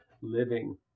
living